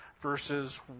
verses